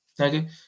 Okay